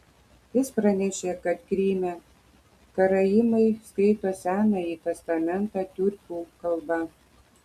jis pranešė kad kryme karaimai skaito senąjį testamentą tiurkų kalba